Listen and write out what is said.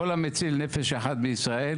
כל המציל נפש אחת בישראל,